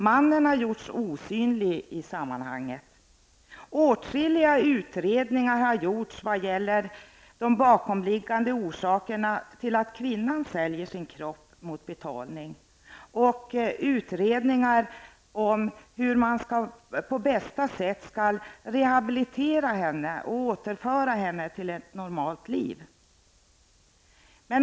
Mannen har gjorts osynlig i sammanhanget. Åtskilliga utredningar har gjorts om de bakomliggande orsakerna till att kvinnan säljer sin kropp mot betalning och om hur man på bästa sätt skall rehabilitera henne och återföra henne till ett normalt liv.